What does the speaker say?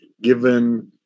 given